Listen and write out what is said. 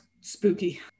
spooky